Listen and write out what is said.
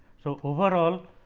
so, overall